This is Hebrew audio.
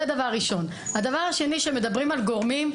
הדבר השני כשמדברים על גורמים,